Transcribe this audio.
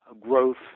growth